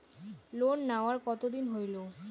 Loan নেওয়ার কতদিন হইল?